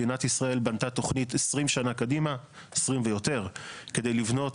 מדינת ישראל בנתה תוכנית 20 ויותר שנים קדימה כדי לבנות,